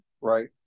right